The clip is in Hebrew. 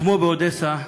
וכמו באודסה,